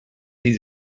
sie